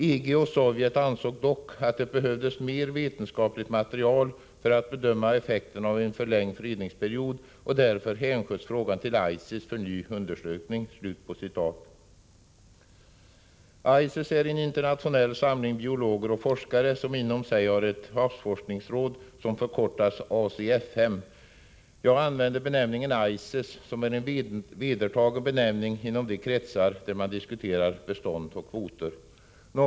EG och Sovjet ansåg dock att det behövdes mer vetenskapligt material för att bedöma effekterna av en förlängd fredningsperiod och därför hänskjöts frågan till ICES för ny undersökning.” ICES är en internationell sammanslutning av biologer och forskare och har även ett havsforskningsråd, vilket betecknas ACFM. Jag använder benämningen ICES, som är en vedertagen benämning inom de kretsar där man diskuterar bestånd och kvoter.